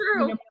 true